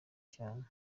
cyane